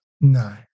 No